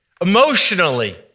emotionally